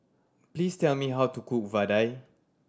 please tell me how to cook Vadai